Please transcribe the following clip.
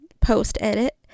post-edit